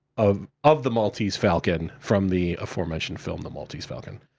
of of the maltese falcon from the aforementioned film, the maltese falcon.